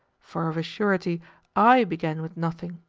for of a surety i began with nothing.